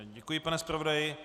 Děkuji, pane zpravodaji.